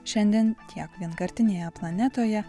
šiandien tiek vienkartinėje planetoje